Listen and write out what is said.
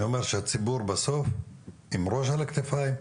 אני אומר שהציבור בסוף עם ראש על הכתפיים,